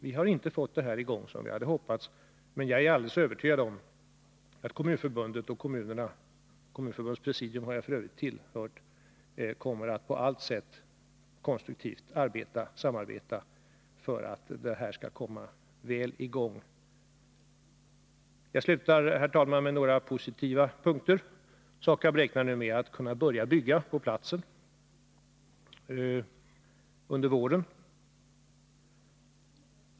Vi har inte fått i gång detta arbete som vi hade hoppats. Men jag är helt övertygad om att Kommunförbundet — jag har f.ö. tillhört. Kommunförbundets presidium — och kommunerna på allt sätt kommer att konstruktivt samarbeta för att detta arbete skall komma väl i gång. Herr talman! Jag skall sluta med några positiva punkter. SAKAB räknar nu med att kunna börja bygga på platsen under våren.